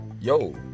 yo